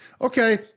okay